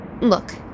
Look